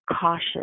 cautious